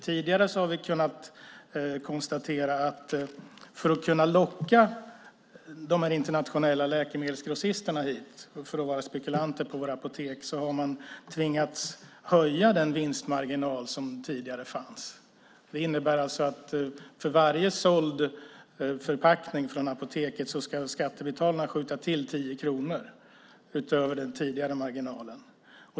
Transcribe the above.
Tidigare har vi kunnat konstatera att för att kunna locka de internationella läkemedelsgrossisterna till att vara spekulanter på våra apotek har man tvingats höja den vinstmarginal som tidigare fanns. Det innebär alltså att för varje såld förpackning från apoteket ska skattebetalarna skjuta till 10 kronor utöver den tidigare marginalen.